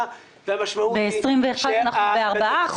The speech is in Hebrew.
והמשמעות היא --- ב-21' אנחנו ב-4%.